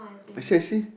I see I see